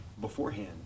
beforehand